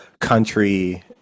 country